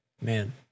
man